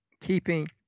keeping